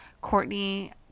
Courtney